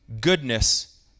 goodness